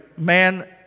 man